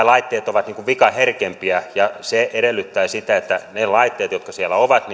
laitteet ovat vikaherkempiä se edellyttää sitä että niitä laitteita jotka siellä ovat